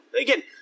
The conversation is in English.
again